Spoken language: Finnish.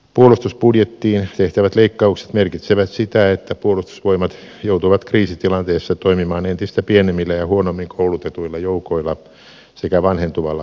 puolustusbudjettiin tehtävät leikkaukset merkitsevät sitä että puolustusvoimat joutuu kriisitilanteessa toimimaan entistä pienemmillä ja huonommin koulutetuilla joukoilla sekä vanhentuvalla kalustolla